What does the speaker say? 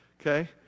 Okay